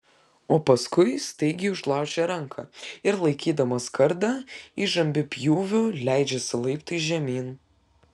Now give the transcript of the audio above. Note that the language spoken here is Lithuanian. o paskui staigiai užlaužia ranką ir laikydamas kardą įžambiu pjūviu leidžiasi laiptais žemyn